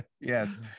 Yes